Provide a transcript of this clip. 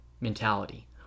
mentality